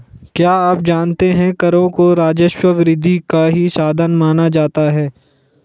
क्या आप जानते है करों को राजस्व वृद्धि का ही साधन माना जाता है?